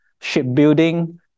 shipbuilding